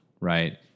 right